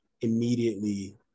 immediately